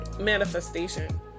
Manifestation